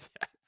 Yes